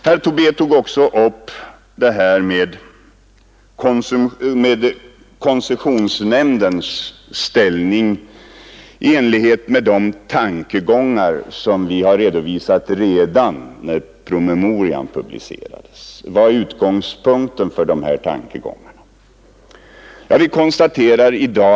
Herr Tobé tog vidare med utgångspunkt i de tankegångar som redovisades redan när decemberpromemorian publicerades upp koncessionsnämndens ställning.